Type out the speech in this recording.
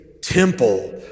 temple